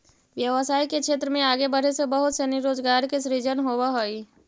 व्यवसाय के क्षेत्र में आगे बढ़े से बहुत सनी रोजगार के सृजन होवऽ हई